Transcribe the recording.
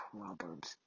Proverbs